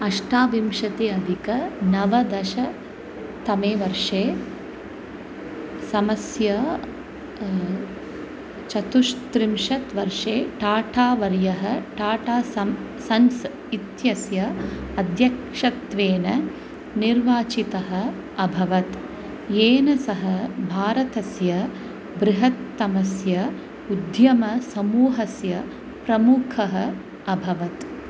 अष्टाविंशति अधिकनवदशतमे वर्षे समस्या चुतुस्त्रिंशत् वर्षे टाटावर्यः टाटा सं सन्स् इत्यस्य अध्यक्षत्वेन निर्वाचितः अभवत् येन सः भारतस्य बृहत्तमस्य उद्यमसमूहस्य प्रमुखः अभवत्